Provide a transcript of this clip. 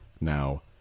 now